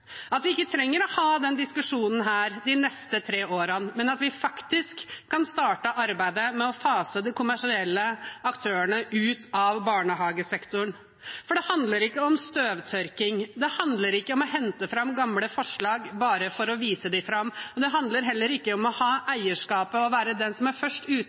at vi ikke trenger å ha denne diskusjonen de neste tre årene, men at vi faktisk kan starte arbeidet med å fase de kommersielle aktørene ut av barnehagesektoren, for det handler ikke om støvtørking. Det handler ikke om å hente fram gamle forslag bare for å vise dem fram. Det handler heller ikke om å ha eierskapet og være den som er først ute.